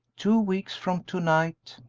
two weeks from to-night.